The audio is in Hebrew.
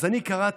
אז אני קראתי,